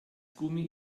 gummi